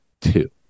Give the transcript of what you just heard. two